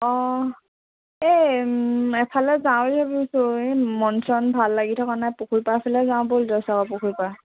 অ এই এফালে যাওঁ বুলি ভাবিছোঁ এই মন চন ভাল লাগি থকা নাই পুখুৰী পাৰৰ ফালে যাওঁ ব'ল জয়সাগৰ পুখুৰী পাৰ